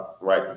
right